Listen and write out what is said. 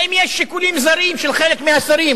האם יש שיקולים זרים של חלק מהשרים,